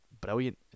brilliant